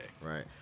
right